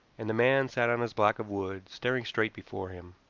and the man sat on his block of wood, staring straight before him.